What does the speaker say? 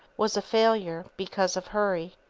was a failure because of hurry.